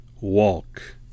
walk